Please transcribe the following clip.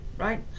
right